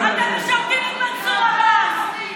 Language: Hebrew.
אתם משרתים את מנסור עבאס.